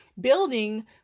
building